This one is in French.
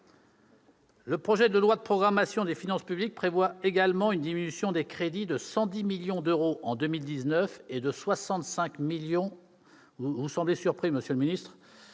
Le projet de loi de programmation des finances publiques prévoit également une diminution des crédits de 110 millions d'euros en 2019- vous semblez étonné, monsieur le ministre,